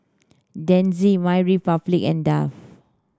Denizen MyRepublic and Dove